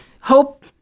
hope